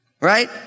Right